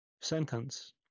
sentence